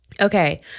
Okay